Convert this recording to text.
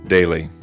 daily